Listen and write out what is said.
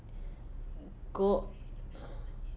go